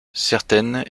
certaines